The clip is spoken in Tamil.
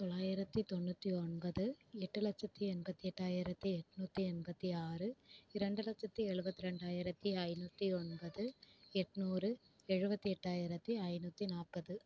தொள்ளாயிரத்தி தொண்ணூற்றி ஒன்பது எட்டு லட்சத்தி எண்பத்தி எட்டாயிரத்தி எண்நூத்தி எண்பத்தி ஆறு இரண்டு லட்சத்தி எழுபத்தி ரெண்டாயிரத்தி ஐநூற்றி ஒன்பது எண்நூறு எழுபத்தி எட்டாயிரத்தி ஐநூற்றி நாற்பது